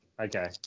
Okay